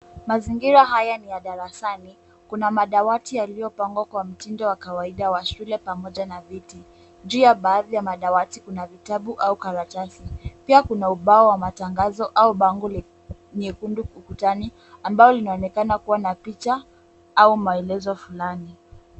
Mazingira haya ni ya darasani kuna madawati yaliyopangwa kwa mtindo wa kawaida wa shule pamoja na viti. Juu ya baadhi ya madawati kuna vitabu au karatasi. Pia kuna ubao wa matangazo au bango nyekundu ukutani ambao linaonekana kuwa na picha au maelezo fulani.